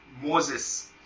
Moses